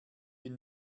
bin